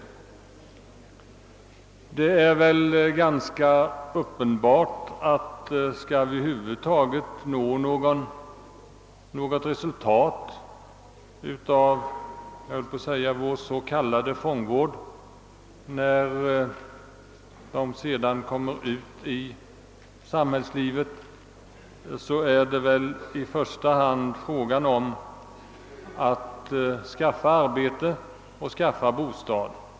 Det är uppenbart att om vi över huvud taget skall nå något resultat med vår s.k. fångvård är det i första hand fråga om att skaffa arbete och bostad åt de frigivna när de kommer ut i samhällslivet.